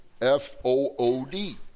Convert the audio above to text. F-O-O-D